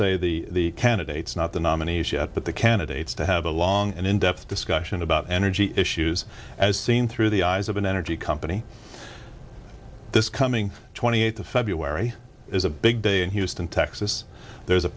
say the candidates not the nominees yet but the candidates to have a long and in depth discussion about energy issues as seen through the eyes of an energy company this coming twenty eighth of february is a big day in houston texas there's a